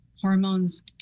hormones